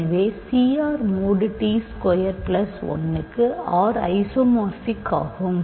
எனவே Cr mod t square plus 1 க்கு R isomorphic ஆகும்